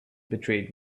betrayed